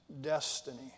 destiny